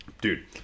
dude